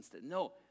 No